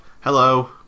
hello